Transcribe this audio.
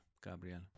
Gabriel